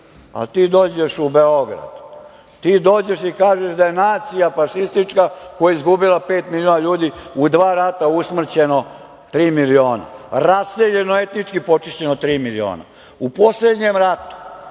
a ti dođeš u Beograd. Ti dođeš i kažeš da je nacija fašistička koja je izgubila pet miliona ljudi, u dva rata usmrćeno tri miliona, raseljeno i etički počišćeno tri miliona. U poslednjem ratu